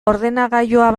ordenagailu